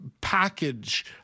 package